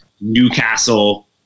Newcastle